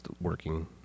working